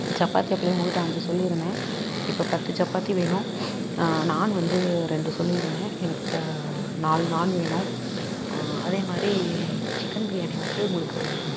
சப்பாத்தி அப்பவே உங்ககிட்ட அஞ்சு சொல்லியிருந்தேன் இப்ப பத்து சப்பாத்தி வேணும் நான் வந்து ரெண்டு சொல்லியிருந்தேன் எனக்கு இப்போ நாலு நான் வேணும் அதே மாதிரி சிக்கன் பிரியாணி வந்து உங்களுக்கு